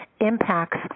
impacts